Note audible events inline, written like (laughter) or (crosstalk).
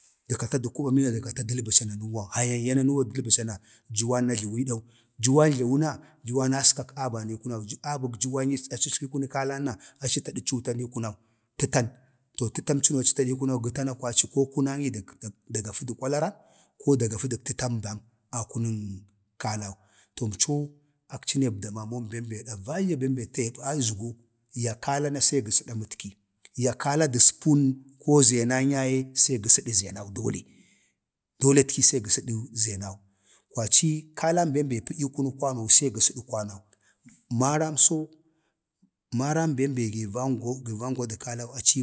﻿də kata da kuba mena də kata dəlbə ca nanuwa hy aiyya dələ ca nanuwa juwan a jlee au juwan jlawa na jlawa yauman askan anan ii kunau, abəg juwan yi aci ətfii kuna kalana aci tada cutan ii kunau, aci tada tatan to tətəmcəno aci tadii liinou gətana kwaci ko kunanyi da dagafədə kwalaran, ko da gafa dək tətan bam akunən kalan. to amco akci ne əbdamamonibəm be davaiyya bem be tee ba azgo ya kala na se gəsədə amətki. ya kala dək spoon ko zenan yaye se gə səda zenau dole doletki sega sədə zenau dole. kwaci kalan bem be ya tədyu, kunəg kanau sə gə sədə kwanou, maram so, maram bem be gi vangwa. (unintelligible)